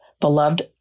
beloved